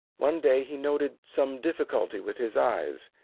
one day he noted some difficulty with his eyes.